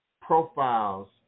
profiles